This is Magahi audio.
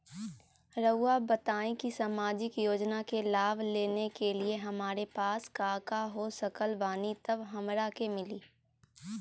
रहुआ बताएं कि सामाजिक योजना के लाभ लेने के लिए हमारे पास काका हो सकल बानी तब हमरा के मिली?